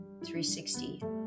360